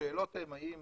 השאלות הן האם